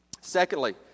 Secondly